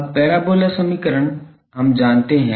अब पैराबोला समीकरण हम जानते हैं